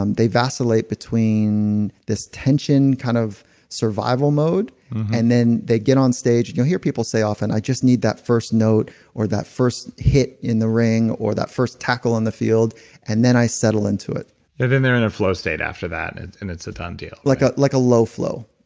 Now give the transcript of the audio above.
um they vacillate between this tension, kind of survival mode and then they get on stage. you'll hear people say often. i just need that first note or that first hit in the ring or that first tackle on the field and then i settle into it and then they're in a flow state after that and and it's a done deal like ah like a low flow.